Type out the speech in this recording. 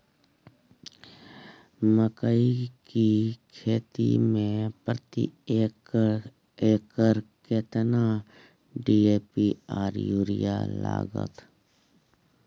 मकई की खेती में प्रति एकर केतना डी.ए.पी आर यूरिया लागत?